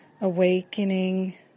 awakening